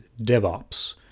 DevOps